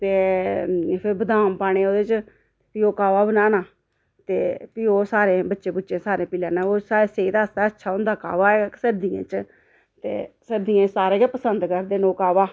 ते फिर बादाम पाने ओह्दे च फ्ही ओह् काह्वा बनाना ते फ्ही ओह् सारें बच्चे बुच्चे सारें पी लैना ओह् साढ़ी सेह्त आस्तै अच्छा होंदा काह्वा एह् सर्दियें च ते सर्दियें च सारे गै पसंद करदे न ओह् काह्वा